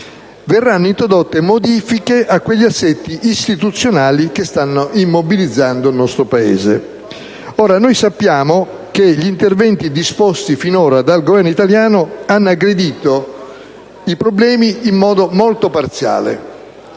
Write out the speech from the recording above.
verranno introdotte modifiche a quegli assetti istituzionali che stanno immobilizzando il nostro Paese. Sappiamo che gli interventi finora disposti dal Governo italiano hanno aggredito in modo molto parziale